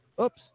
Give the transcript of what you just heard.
Oops